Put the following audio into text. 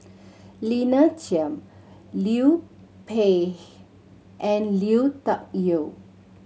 Lina Chiam Liu Peihe and Lui Tuck Yew